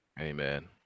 Amen